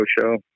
show